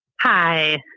Hi